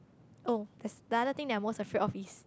oh there's the other thing that I'm most afraid of is